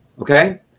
okay